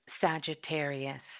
Sagittarius